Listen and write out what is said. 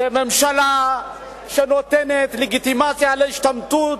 זו ממשלה שנותנת לגיטימציה להשתמטות.